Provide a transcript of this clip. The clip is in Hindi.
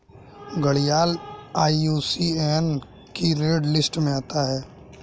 घड़ियाल आई.यू.सी.एन की रेड लिस्ट में आता है